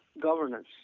governance